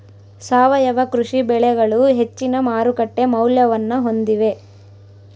ಸಾವಯವ ಕೃಷಿ ಬೆಳೆಗಳು ಹೆಚ್ಚಿನ ಮಾರುಕಟ್ಟೆ ಮೌಲ್ಯವನ್ನ ಹೊಂದಿವೆ